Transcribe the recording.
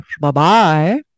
Bye-bye